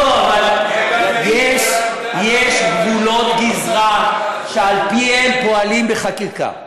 לא, אבל יש גבולות גזרה שעל-פיהם פועלים בחקיקה.